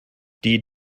die